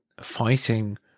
fighting